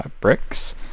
bricks